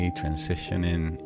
transitioning